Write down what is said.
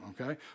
okay